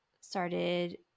started